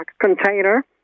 container